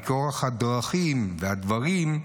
מכורח הדרכים והדברים,